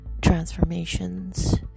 transformations